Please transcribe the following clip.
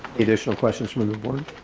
additional questions from the board